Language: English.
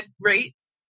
rates